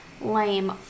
lame